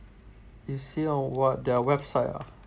they say on [what] their website ah